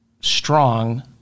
strong